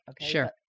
sure